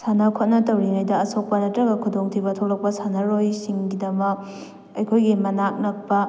ꯁꯥꯟꯅ ꯈꯣꯠꯅ ꯇꯧꯔꯤꯉꯩꯗ ꯑꯁꯣꯛꯄ ꯅꯠꯇ꯭ꯔꯒ ꯈꯨꯗꯣꯡ ꯊꯤꯕ ꯊꯣꯛꯂꯛꯄ ꯁꯥꯟꯅꯔꯣꯏ ꯁꯤꯡꯒꯤꯗꯃꯛ ꯑꯩꯈꯣꯏꯒꯤ ꯃꯅꯥꯛ ꯅꯛꯄ